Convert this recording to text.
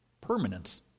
permanence